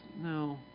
no